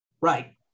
Right